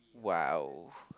!wow!